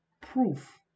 proof